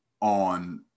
on